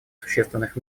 существенных